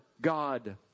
God